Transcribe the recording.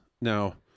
Now